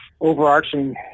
overarching